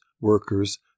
workers